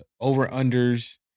over-unders